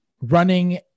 running